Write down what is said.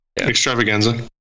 Extravaganza